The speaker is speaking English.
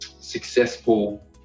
successful